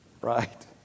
right